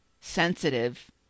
sensitive